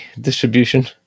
distribution